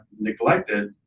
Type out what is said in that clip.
neglected